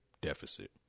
deficit